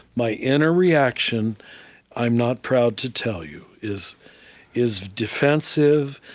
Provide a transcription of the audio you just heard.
my inner reaction i'm not proud to tell you is is defensive,